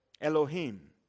Elohim